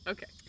Okay